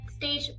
Stage